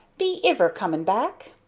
be iver coming back?